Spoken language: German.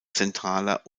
zentraler